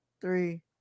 three